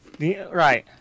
right